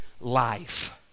life